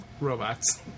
robots